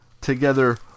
together